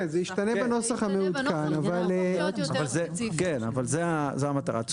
כן, אבל זו המטרה.